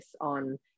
on